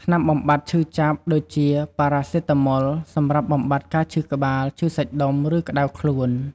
ថ្នាំបំបាត់ឈឺចាប់ ដូចជា ប៉ារ៉ាសេតាមុល សម្រាប់បំបាត់ការឈឺក្បាល ឈឺសាច់ដុំ ឬក្តៅខ្លួន។